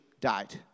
died